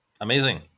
Amazing